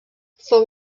fou